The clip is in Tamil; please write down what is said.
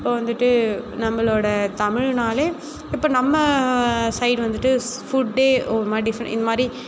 இப்போ வந்துட்டு நம்மளோடு தமிழ்னால் இப்போ நம்ம சைடு வந்துட்டு ஃபுட்டு ஒருமாதிரி டிஃப்ரெண்ட் இந்த மாதிரி